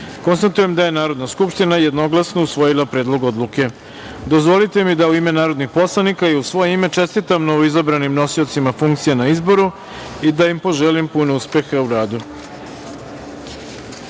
185.Konstatujem da je Narodna skupština jednoglasno usvojila Predlog odluke. Dozvolite mi da u ime narodnih poslanika i u svoje ime čestitam novoizabranim nosiocima funkcija na izboru i da im poželim puno uspeha u radu. Pre